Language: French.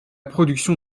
production